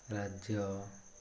ରାଜ୍ୟ